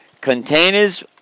Containers